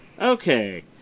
Okay